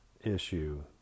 issue